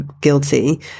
guilty